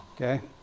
okay